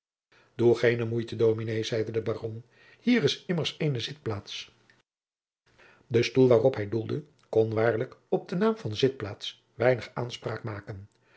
doe geene moeite dominé zeide de baron hier is immers eene zitplaats de stoel waarop hij doelde kon waarlijk op den naam van zitplaats weinig aanspraak maken